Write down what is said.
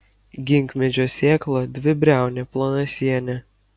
ginkmedžio sėkla dvibriaunė plonasienė